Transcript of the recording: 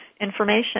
information